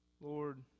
Lord